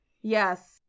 Yes